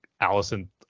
allison